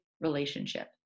relationship